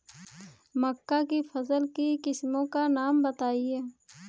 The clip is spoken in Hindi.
मक्का की फसल की किस्मों का नाम बताइये